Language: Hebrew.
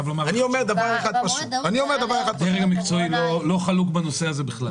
הדרג המקצועי לא חלוק בנושא הזה בכלל.